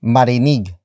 Marinig